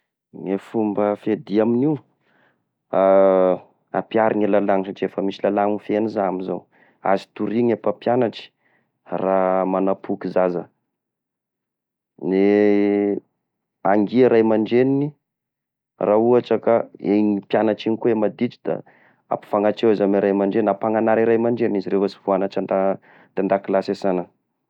Ny fomba fiadia amin'io ampiarigny lalagnà satria efa misy lalanà mifehy iza amy izao, azo toriagny mpampianatry raha manapoky zaza ah, ny hangia ray aman-dreniny raha ohatra ka iny mpianatra igny koa maditra da ampifanatre azy amy ray aman-dreny, ampananara ray amn-dreny izy revo sy voanatra anda-andakilasy sana.